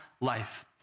life